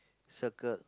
circled